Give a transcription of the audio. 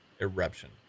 eruption